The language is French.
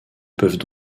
peuvent